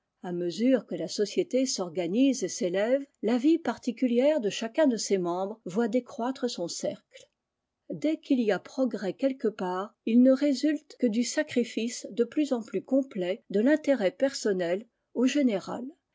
a mesure que la société s'organise et s'élève la vie particulière de chacun de ses membres voit décroître son cercle dès qu'il y a progrès quelque part il ne résulte que du sacrifice de plus en plus complet de l'intérêt personnel au général